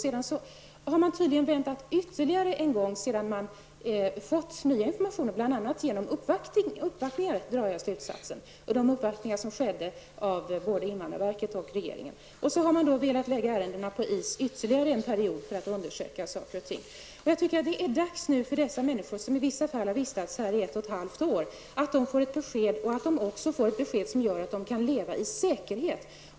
Bl.a. genom uppvaktningar hos både invandrarverket och regeringen drar jag slutsatsen att man därefter under ytterligare en period lagt ansökningar på is för att undersöka saker och ting. Jag tycker att det nu är dags att dessa människor, av vilka en del har vistats här i ett och ett halvt år, får besked som gör att de kan leva i säkerhet.